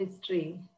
history